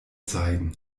zeigen